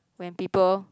when people